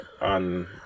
on